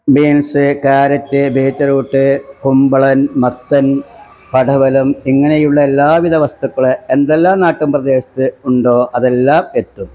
beans carrot beetroot കുമ്പളന് മത്തന് പടവലം ഇങ്ങനെയുള്ള എല്ലാവിധ വസ്തുക്കൾ എന്തെല്ലാം നാട്ടിന് പ്രദേശത്ത് ഉണ്ടോ അതെല്ലാം എത്തും